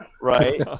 right